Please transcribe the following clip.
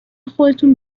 خودتون